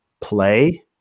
play